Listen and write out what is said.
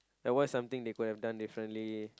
and what's something they could've done differently